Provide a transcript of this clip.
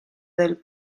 del